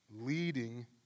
leading